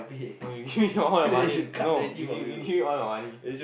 no you give your money no you give me give me all your money